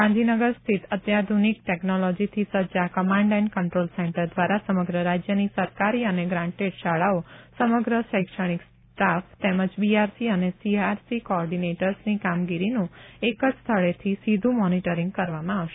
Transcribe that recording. ગાંધીનગર સ્થિત અત્યાધુનિક ટેકનોલોજીથી સજ્જ આ કમાન્ડ એન્ડ કંટ્રોલ સેન્ટર દ્વારા સમગ્ર રાજ્યની સરકારી અને ગ્રાન્ટેડ શાળાઓ સમગ્ર શૈક્ષણિક સ્ટાફ તેમજ બીઆરસી અને સીઆરસી કોઓર્ડિનેટર્સની કામગીરીનું એક જ સ્થળેથી સીધુ મોનિટરિંગ કરવામાં આવશે